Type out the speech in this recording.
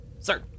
Sir